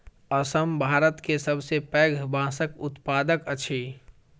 असम भारत के सबसे पैघ बांसक उत्पादक अछि